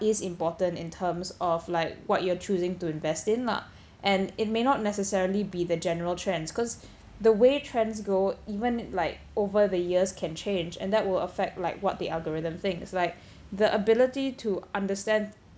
is important in terms of like what you're choosing to invest in lah and it may not necessarily be the general trends cause the way trends go even like over the years can change and that will affect like what the algorithm thinks like the ability to understand